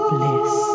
bliss